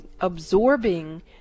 absorbing